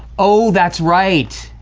oh, that's right,